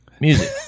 music